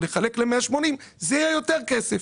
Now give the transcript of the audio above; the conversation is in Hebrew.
הוא יחלק ל-180 זה יהיה יותר כסף.